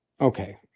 okay